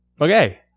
Okay